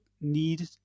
need